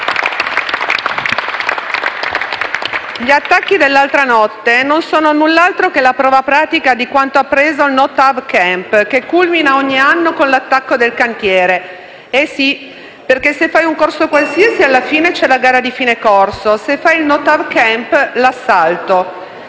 Gli attacchi dell'altra notte sono null'altro che la prova pratica di quanto appreso al no TAV *camp*, che culmina ogni anno con l'attacco del cantiere. Eh sì: perché se fai un corso qualsiasi alla fine c'è la gara di fine corso, se fai il no TAV *camp*: l'assalto!